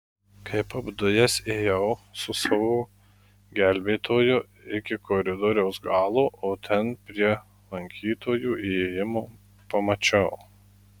kaip apdujęs ėjau su savo gelbėtoju iki koridoriaus galo o ten prie lankytojų įėjimo pamačiau